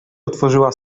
otworzyła